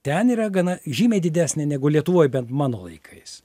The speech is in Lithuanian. ten yra gana žymiai didesnė negu lietuvoj bent mano laikais